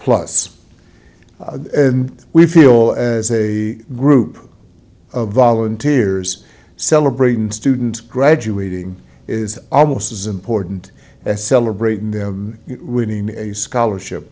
plus and we feel as a group of volunteers celebrating students graduating is almost as important as celebrating winning a scholarship